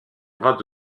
bras